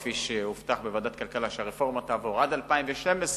כפי שהובטח בוועדת הכלכלה שהרפורמה תעבור עד 2012,